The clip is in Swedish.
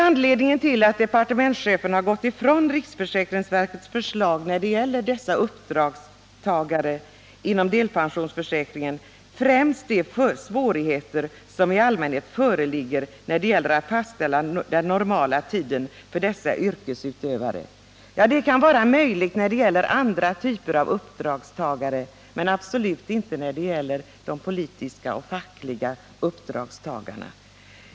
Anledningen till att departementschefen gått ifrån riksförsäkringsverkets förslag när det gäller dessa uppdragstagares ställning inom delpensionsförsäkringen är främst de svårigheter som i allmänhet föreligger när det gäller att fastställa den normala arbetstiden för dessa yrkesutövare. Så kan vara fallet beträffande andra typer av uppdragstagare men absolut inte när det gäller de politiska och fackliga uppdragstagarna.